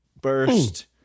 burst